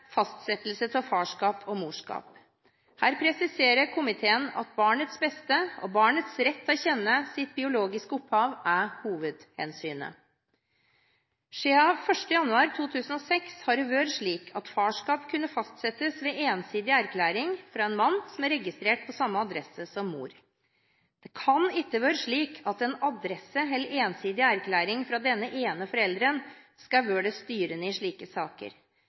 fastsettelse av farskap og morskap. Her presiserer komiteen at barnets beste og barnets rett til å kjenne sitt biologiske opphav er hovedhensynet. Siden 1. januar 2006 har det vært slik at farskap kunne fastsettes ved ensidig erklæring fra en mann som er registrert på samme adresse som mor. Det kan ikke være slik at en adresse eller en ensidig erklæring fra denne ene forelderen skal være det styrende i slike saker.